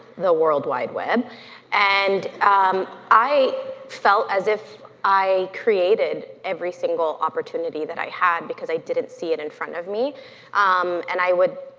the worldwide web and um i felt as if i created every single opportunity that i had because i didn't see it in front of me um and i would